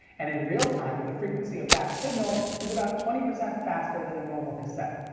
and in real-time the frequency of that signal is about twenty percent faster than a normal cassette.